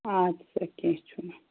اَدٕ سا کیٚنٛہہ چھُنہٕ